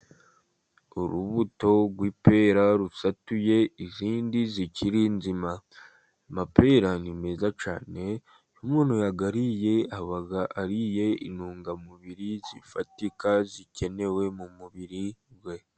Urubuto rw'ipera rusatuye izindi zikiri nzima amapera ni meza cyane, umuntu wayariye aba ariye intungamubiri zifatika zikenewe mu mubiri we.